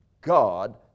God